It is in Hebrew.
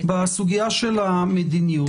בסוגיה של המדיניות.